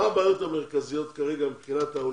מה כרגע הבעיות המרכזיות מבחינת העולים?